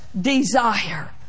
desire